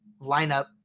lineup